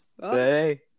Hey